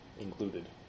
included